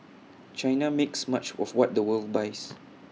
China makes much of what the world buys